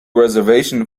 reservation